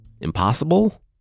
impossible